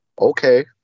okay